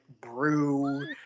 brew